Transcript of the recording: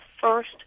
first